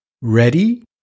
Ready